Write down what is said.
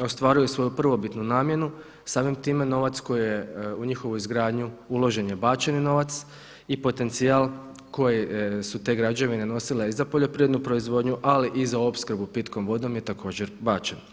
ostvaruju svoju prvobitnu namjenu, samim time novac koji je u njihovu izgradnju uložen je bačeni novac i potencijal koji su te građevine nosile i za poljoprivrednu proizvodnju ali i za opskrbu pitkom vodom je također bačen.